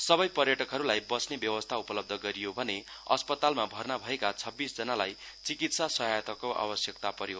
सबै पर्यटकहरूलाई बस्ने व्यवस्था उपलब्ध गरियो भने अस्पतालमा भर्ना भएका छब्बीसजनालाई गम्भीर चिकित्सा सहायताको आवश्यकता पर्यो